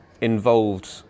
involved